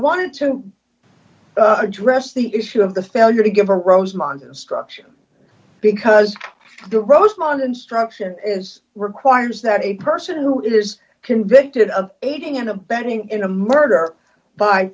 want to address the issue of the failure to give a rosemont instruction because the rosemont instruction is requires that a person who is convicted of aiding and abetting in a murder by